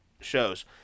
shows